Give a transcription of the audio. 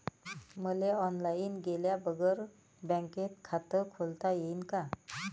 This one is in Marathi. मले ऑनलाईन गेल्या बगर बँकेत खात खोलता येईन का?